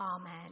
Amen